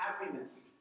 happiness